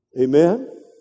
amen